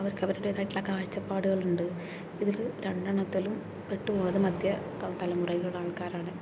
അവർക്ക് അവരുടേതായിട്ടുള്ള കാഴ്ചപ്പാടുകൾ ഉണ്ട് ഇതില് രണ്ടെണ്ണത്തിലും പെട്ടു പോകാതെ മധ്യതലമുറയുടെ ആൾക്കാരാണ്